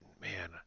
man